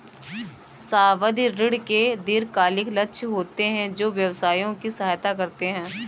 सावधि ऋण के दीर्घकालिक लक्ष्य होते हैं जो व्यवसायों की सहायता करते हैं